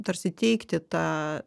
tarsi teikti tą